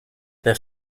their